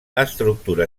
estructura